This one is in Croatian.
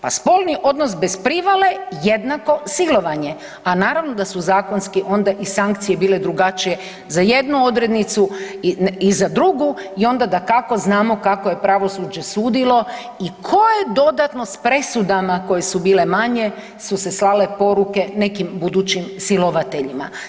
Pa spolni odnos bez privode jednako silovanje, a naravno da su zakonski onda i sankcije bile drugačije, za jednu odrednicu i za drugu i onda, dakako, znamo kako je pravosuđe sudilo i koje dodatno s presudama, koje su bile manje su se slale poruke nekim budućim silovateljima.